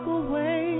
away